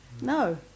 No